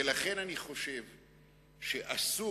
ולכן אני חושב שאסור,